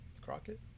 Crockett